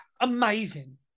amazing